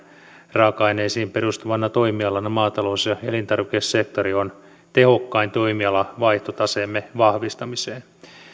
raaka aineisiin perustuvana toimialana maatalous ja elintarvikesektori on tehokkain toimiala vaihtotaseemme vahvistamiseen